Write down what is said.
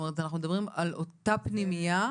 אנחנו מדברים על אותה פנימייה?